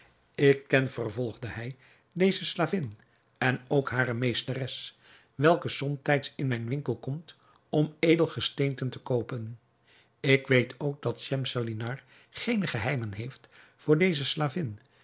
ik ken vervolgde hij deze slavin en ook hare meesteres welke somtijds in mijn winkel komt om edelgesteenten te koopen ik weet ook dat schemselnihar geene geheimen heeft voor deze slavin